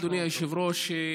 אדוני היושב-ראש,